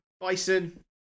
Bison